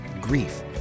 grief